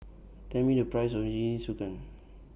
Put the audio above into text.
Tell Me The Price of Jingisukan